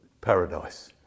paradise